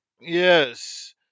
Yes